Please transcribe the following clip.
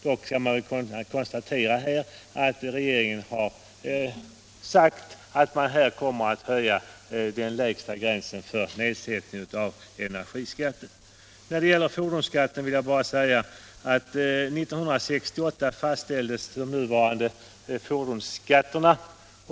Dock skall det konstateras att regeringen har sagt att den lägsta gränsen för nedsättning av energiskatten kommer att höjas. När det gäller fordonsskatten vill jag bara säga att 1968 fastställdes de nuvarande fordonsskatterna.